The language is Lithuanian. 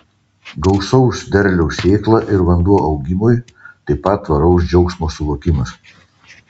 gausaus derliaus sėkla ir vanduo augimui taip pat tvaraus džiaugsmo sunokimas